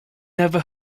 never